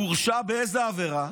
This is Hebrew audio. הוא הורשע באיזו עבירה?